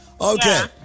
Okay